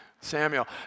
Samuel